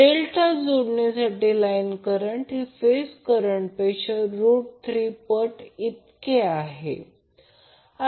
delta जोडणीसाठी line current हे phase current पेक्षा 3 पट इतके आहे